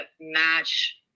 match